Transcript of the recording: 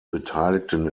beteiligten